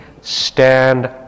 stand